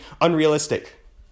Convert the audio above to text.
unrealistic